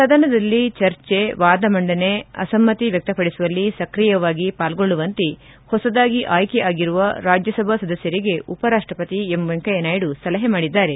ಸದನದಲ್ಲಿ ಚರ್ಚೆ ವಾದಮಂಡನೆ ಅಸಮ್ನತಿ ವ್ವಕ್ತ ಪಡಿಸುವಲ್ಲಿ ಸ್ಕ್ರಿಯವಾಗಿ ಪಾಲ್ಗೊಳ್ಳುವಂತೆ ಹೊಸದಾಗಿ ಆಯ್ಲೆ ಆಗಿರುವ ರಾಜ್ಯ ಸಭಾ ಸದಸ್ನರಿಗೆ ಉಪರಾಷ್ಟಪತಿ ವೆಂಕಯ್ನ ನಾಯ್ನ ಸಲಹೆ ಮಾಡಿದ್ದಾರೆ